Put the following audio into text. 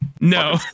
No